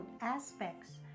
aspects